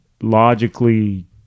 logically